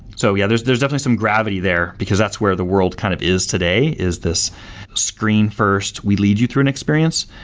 so yeah, there's there's definitely some gravity there, because that's where the world kind of is today is this screen-first, we lead you through an experience.